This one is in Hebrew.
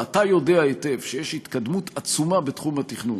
ואתה יודע היטב שיש התקדמות עצומה בתחום התכנון.